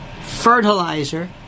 fertilizer